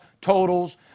totals